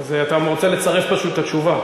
אתה רוצה לצרף פשוט את התשובה.